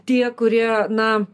tie kurie na